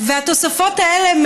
והתוספות האלה,